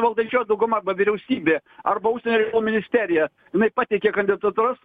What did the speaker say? valdančioji dauguma arba vyriausybė arba užsienio reikalų ministerija jinai pateikė kandidatūras